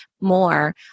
more